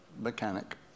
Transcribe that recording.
mechanic